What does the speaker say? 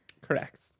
Correct